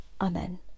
Amen